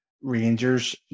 Rangers